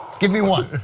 give me one.